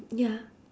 ya